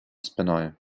спиною